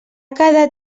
quedat